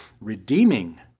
redeeming